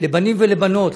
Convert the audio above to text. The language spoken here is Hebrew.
לבנים ולבנות,